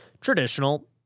traditional